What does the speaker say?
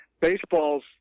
baseball's